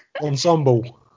Ensemble